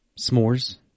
s'mores